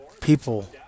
People